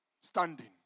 standing